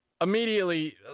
Immediately